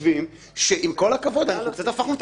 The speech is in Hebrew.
שיש עליה פסיקה ענפה של בתי